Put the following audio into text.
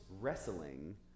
wrestling